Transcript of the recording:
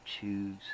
choose